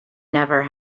never